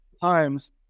times